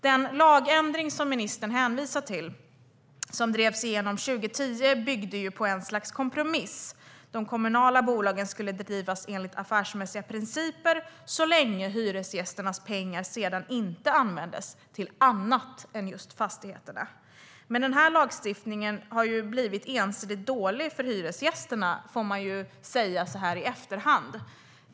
Den lagändring som ministern hänvisar till, som drevs igenom 2010, byggde på ett slags kompromiss. De kommunala bolagen skulle drivas enligt affärsmässiga principer så länge hyresgästernas pengar inte användes till annat än just fastigheterna. Men den här lagstiftningen har ju blivit ensidigt dålig för hyresgästerna, får man ju säga så här i efterhand.